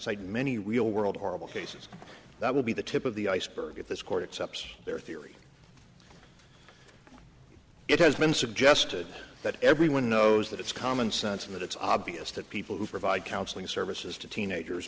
cite many real world horrible cases that will be the tip of the iceberg if this court steps there theory it has been suggested that everyone knows that it's common sense in that it's obvious that people who provide counseling services to teenagers